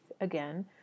again